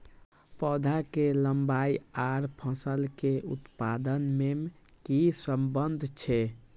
पौधा के लंबाई आर फसल के उत्पादन में कि सम्बन्ध छे?